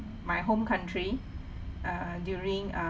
my home country uh during uh